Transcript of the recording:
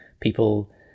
people